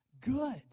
good